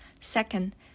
Second